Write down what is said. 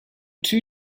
two